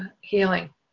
healing